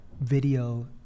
video